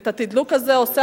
ואת התדלוק הזה עושה,